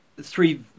Three